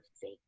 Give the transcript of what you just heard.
fake